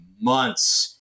months